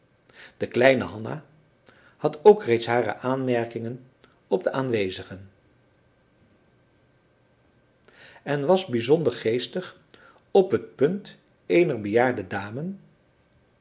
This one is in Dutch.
de kleine hanna had ook reeds hare aanmerkingen op de aanwezigen en was bijzonder geestig op het punt eener bejaarde dame